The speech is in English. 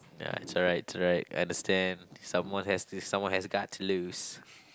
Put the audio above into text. nah it's all right it's all right I understand someone has to someone has got to lose